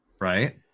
right